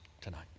tonight